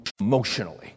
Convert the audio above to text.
emotionally